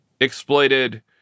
exploited